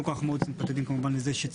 קודם כל אנחנו מאוד מסכימים כמובן עם זה שצריך